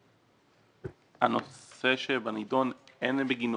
הנושא שבנדון, אין בגינו